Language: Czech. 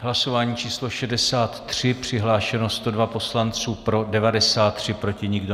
Hlasování číslo 63, přihlášeno 102 poslanců, pro 93, proti nikdo.